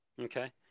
Okay